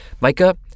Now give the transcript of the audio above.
Micah